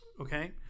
Okay